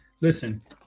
Listen